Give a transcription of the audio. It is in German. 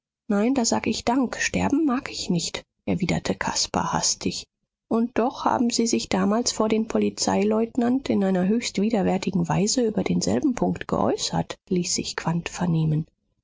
nein da sag ich dank sterben mag ich nicht erwiderte caspar hastig und doch haben sie sich damals vor dem polizeileutnant in einer höchst widerwärtigen weise über denselben punkt geäußert ließ sich quandt vernehmen